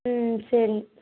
ம் சரிங்க